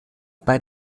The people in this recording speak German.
bei